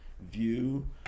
view